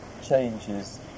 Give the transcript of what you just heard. changes